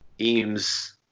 eames